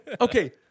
Okay